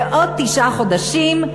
בעוד תשעה חודשים,